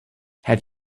have